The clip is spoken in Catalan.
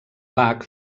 bach